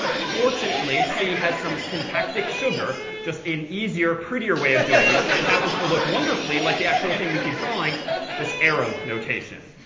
fortunately, c has some syntactic sugar, just an easier, prettier way of doing this. and it happens to look wonderfully like the actual thing we keep drawing this arrow notation.